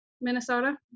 Minnesota